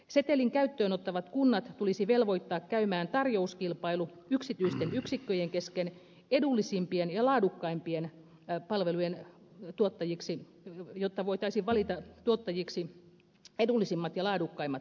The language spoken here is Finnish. setelin käyttöön ottavat kunnat tulisi velvoittaa käymään tarjouskilpailu yksityisten yksikköjen kesken edullisimpien ja laadukkaimpien palvelujen tuottajiksi jotta voitaisiin valita tuottajiksi edullisimmat ja laadukkaimmat tuottajat